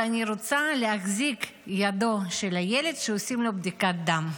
ואני רוצה להחזיק את ידו של הילד כשעושים לו בדיקת דם.